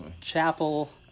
Chapel